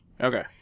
Okay